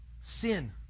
Sin